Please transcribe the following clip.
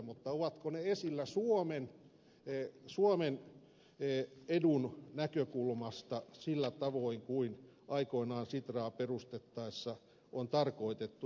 mutta ovatko ne esillä suomen edun näkökulmasta sillä tavoin kuin aikoinaan sitraa perustettaessa on tarkoitettu